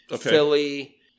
philly